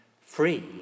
free